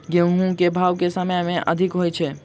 गेंहूँ केँ भाउ केँ समय मे अधिक होइ छै?